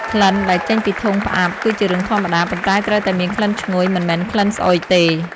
ក្លិន ដែលចេញពីធុងផ្អាប់ គឺជារឿងធម្មតា ប៉ុន្តែត្រូវតែមានក្លិនឈ្ងុយ មិនមែនក្លិនស្អុយទេ។